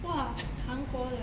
!wah! 韩国的